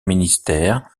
ministères